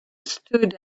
stood